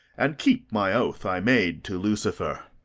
and keep my oath i made to lucifer.